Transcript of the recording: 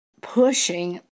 pushing